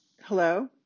Hello